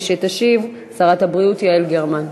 תשיב שרת הבריאות יעל גרמן.